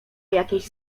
jakieś